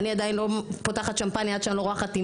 אני עדיין לא פותחת שמפניה עד שאני לא רואה חתימה,